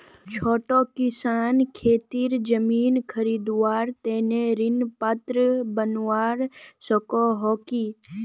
छोटो किसान खेतीर जमीन खरीदवार तने ऋण पात्र बनवा सको हो कि?